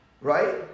Right